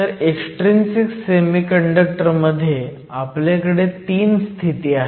तर extrinsic semiconductor मध्ये आपल्याकडे 3 स्थिती आहेत